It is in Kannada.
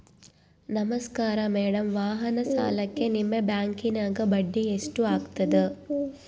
ನಮಸ್ಕಾರ ಮೇಡಂ ವಾಹನ ಸಾಲಕ್ಕೆ ನಿಮ್ಮ ಬ್ಯಾಂಕಿನ್ಯಾಗ ಬಡ್ಡಿ ಎಷ್ಟು ಆಗ್ತದ?